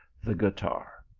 the guitar.